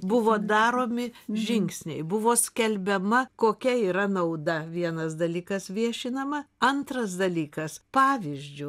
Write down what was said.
buvo daromi žingsniai buvo skelbiama kokia yra nauda vienas dalykas viešinama antras dalykas pavyzdžiu